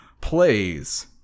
plays